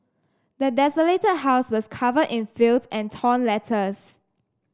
the desolated house was covered in filth and torn letters